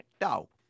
No